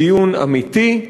בדיון אמיתי,